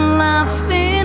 laughing